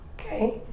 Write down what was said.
okay